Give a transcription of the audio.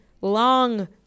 long